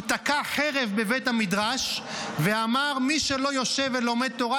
הוא תקע חרב בבית המדרש ואמר: מי שלא יושב ולומד תורה,